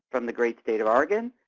from the great state of oregon.